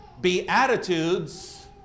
beatitudes